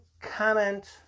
comment